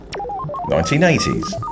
1980s